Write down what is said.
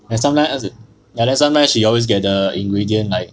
but sometimes as it~ but then sometimes she always get the ingredient like